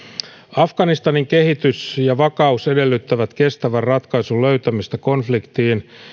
afganistanin kehitys ja vakaus edellyttävät kestävän ratkaisun löytämistä konfliktiin